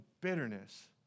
bitterness